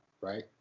right